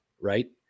Right